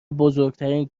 بزرگترین